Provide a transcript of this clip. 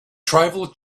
tribal